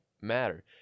matter